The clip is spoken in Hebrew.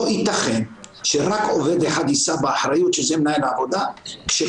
לא ייתכן שרק עובד אחד יישא באחריות, שזה